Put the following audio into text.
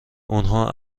اونها